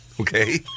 Okay